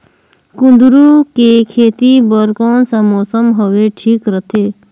कुंदूरु के खेती बर कौन सा मौसम हवे ठीक रथे?